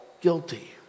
guilty